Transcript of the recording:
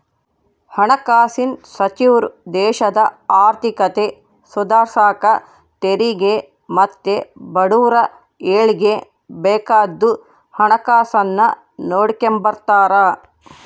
ಹಣಕಾಸಿನ್ ಸಚಿವ್ರು ದೇಶದ ಆರ್ಥಿಕತೆ ಸುಧಾರ್ಸಾಕ ತೆರಿಗೆ ಮತ್ತೆ ಬಡವುರ ಏಳಿಗ್ಗೆ ಬೇಕಾದ್ದು ಹಣಕಾಸುನ್ನ ನೋಡಿಕೆಂಬ್ತಾರ